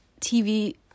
TV